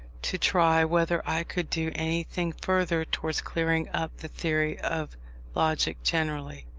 to try whether i could do anything further towards clearing up the theory of logic generally.